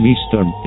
Eastern